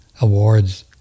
awards